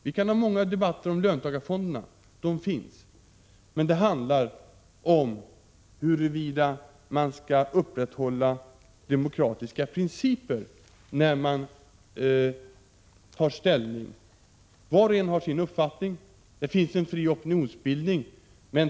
Vi kan ha många debatter om löntagarfonderna — de finns — men det handlar om huruvida man skall upprätthålla demokratiska principer när man tar ställning. Var och en har sin uppfattning. Det finns en fri opinionsbildning.